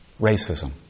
Racism